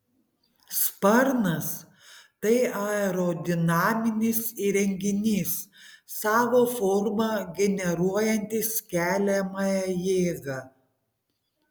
sparnas tai aerodinaminis įrenginys savo forma generuojantis keliamąją jėgą